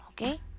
okay